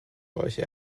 solche